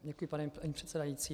Děkuji, paní předsedající.